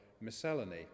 Miscellany